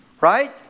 Right